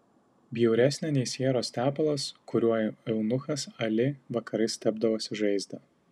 bjauresnė nei sieros tepalas kuriuo eunuchas ali vakarais tepdavosi žaizdą